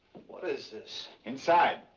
what is this? inside.